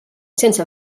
sense